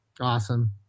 Awesome